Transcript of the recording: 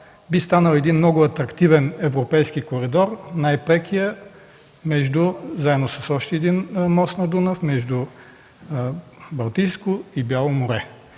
би станал един много атрактивен европейски коридор – най-прекият, заедно с още един мост над Дунав, между Балтийско и Бяло море.